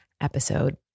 episode